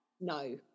No